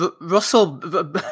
Russell